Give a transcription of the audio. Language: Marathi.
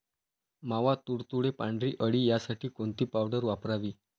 मावा, तुडतुडे, पांढरी अळी यासाठी कोणती पावडर वापरावी?